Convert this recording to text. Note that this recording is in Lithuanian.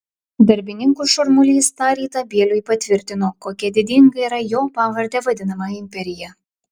darbininkų šurmulys tą rytą bieliui patvirtino kokia didinga yra jo pavarde vadinama imperija